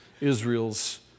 Israel's